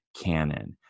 canon